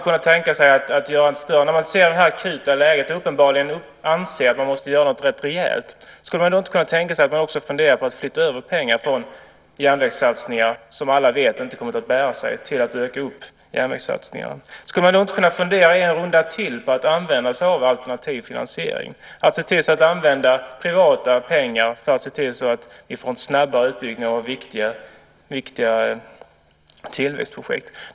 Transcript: När man ser det här akuta läget och uppenbarligen anser att man måste göra något rätt rejält undrar jag om man inte också skulle kunna fundera på att flytta över pengar från järnvägssatsningar, som alla vet inte kommer att bära sig. Skulle man inte kunna fundera i en runda till på att använda sig av alternativ finansiering, privata pengar, för att se till att vi får en snabbare utbyggnad av viktiga tillväxtprojekt?